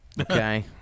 okay